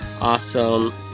awesome